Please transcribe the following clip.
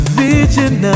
vision